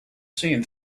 seen